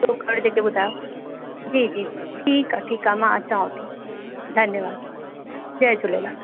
ॾोकड़ जेके ॿुधायव जी जी ठीकु आहे ठीकु आहे हा मां अचांव थी धन्यवादु जय झूलेलाल